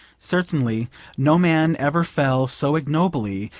certainly no man ever fell so ignobly,